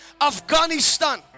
Afghanistan